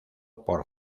por